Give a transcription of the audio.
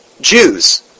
Jews